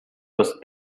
los